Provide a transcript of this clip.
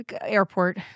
airport